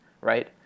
right